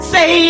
Say